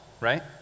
Right